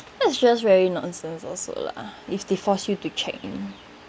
that's just very nonsense also lah if they forced you to check in